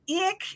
ick